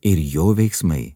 ir jo veiksmai